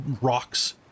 rocks